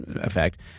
effect